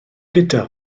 gyda